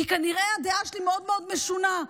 כנראה הדעה שלי מאוד מאוד משונה,